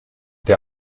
der